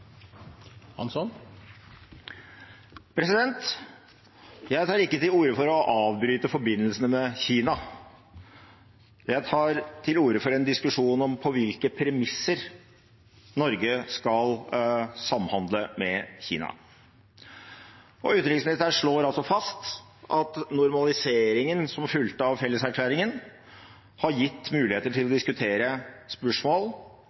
Jeg tar ikke til orde for å avbryte forbindelsene med Kina. Jeg tar til orde for en diskusjon om på hvilke premisser Norge skal samhandle med Kina. Og utenriksministeren slår fast at normaliseringen som fulgte av felleserklæringen, har gitt muligheter til å diskutere spørsmål